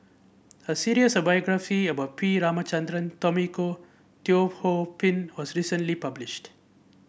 a series of biographies about P Ramachandran Tommy Koh Teo Ho Pin was recently published